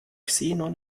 xenon